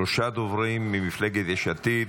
שלושה דוברים ממפלגת יש עתיד.